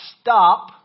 stop